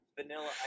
Vanilla